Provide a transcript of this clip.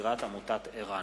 הצעת חוק הגנת הצרכן (תיקון,